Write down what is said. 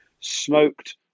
smoked